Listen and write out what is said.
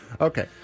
Okay